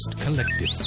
collective